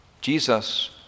Jesus